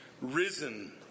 risen